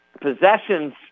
possessions